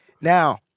now